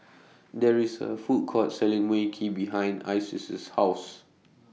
There IS A Food Court Selling Mui Kee behind Isis' House